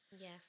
Yes